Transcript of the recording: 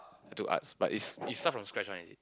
I do arts but is is start from scratch one is it